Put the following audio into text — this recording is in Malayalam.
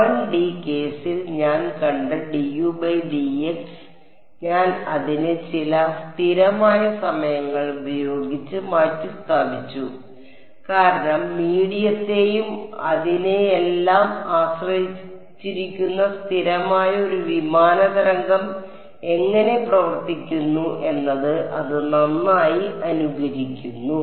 1D കേസിൽ ഞാൻ കണ്ട dudx ഞാൻ അതിനെ ചില സ്ഥിരമായ സമയങ്ങൾ ഉപയോഗിച്ച് മാറ്റിസ്ഥാപിച്ചു കാരണം മീഡിയത്തെയും അതിനെയെല്ലാം ആശ്രയിച്ചിരിക്കുന്ന സ്ഥിരമായ ഒരു വിമാന തരംഗം എങ്ങനെ പ്രവർത്തിക്കുന്നു എന്നത് അത് നന്നായി അനുകരിക്കുന്നു